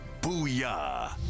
Booyah